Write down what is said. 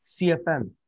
CFM